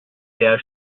der